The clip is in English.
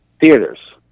theaters